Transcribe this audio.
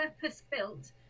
purpose-built